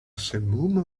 simum